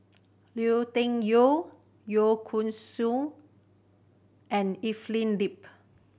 Lui Tuck Yew Kway Song and Evelyn Lip